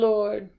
Lord